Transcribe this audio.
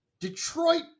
Detroit